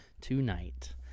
tonight